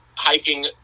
hiking